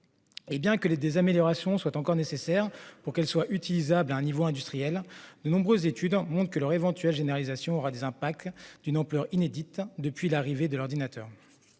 Bien que des améliorations soient encore nécessaires pour qu'elles soient utilisables à une échelle industrielle, de nombreuses études montrent que leur éventuelle généralisation aura des impacts d'une ampleur inédite depuis l'arrivée de l'ordinateur.